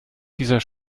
dieser